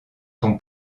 ton